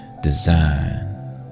design